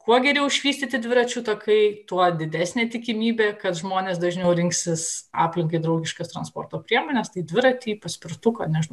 kuo geriau išvystyti dviračių takai tuo didesnė tikimybė kad žmonės dažniau rinksis aplinkai draugiškas transporto priemones tai dviratį paspirtuką nežinau